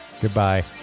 Goodbye